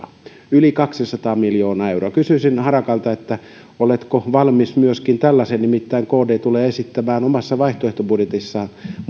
yli kaksisataa miljoonaa euroa kysyisin harakalta oletko valmis myöskin tällaiseen nimittäin kd tulee esittämään omassa vaihtoehtobudjetissaan